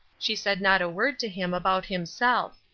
she said not a word to him about himself.